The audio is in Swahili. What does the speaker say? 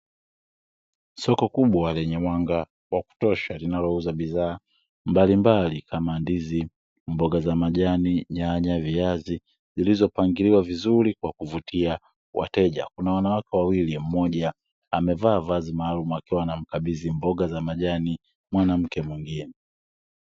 Soko kubwa lenye mwanga wa kutosha, linalouza bidhaa mbalimbali, kama: ndizi, mboga za majani, nyanya, viazi, zilizopangiliwa vizuri kwa kuvutia wateja. Kuna wanawake wawili, mmoja amevaa vazi maalumu akiwa anamkabidhi mboga za majani mwanamke mwingine.